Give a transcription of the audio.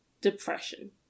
depression